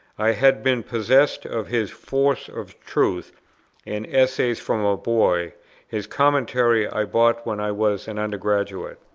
i had been possessed of his force of truth and essays from a boy his commentary i bought when i was an under-graduate.